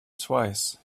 twice